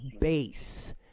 base